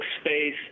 space